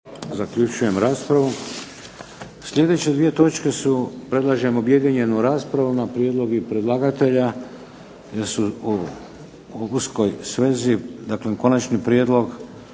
Vladimir (HDZ)** Sljedeće dvije točke su, predlažem objedinjenu raspravu na prijedlog predlagatelja jer su u uskoj svezi. Dakle idemo na - Konačni prijedlog